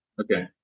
Okay